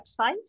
website